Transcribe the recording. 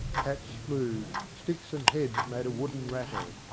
hats flew, sticks and heads made a wooden rattle,